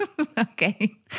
Okay